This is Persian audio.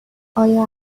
آیا